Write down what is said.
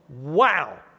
Wow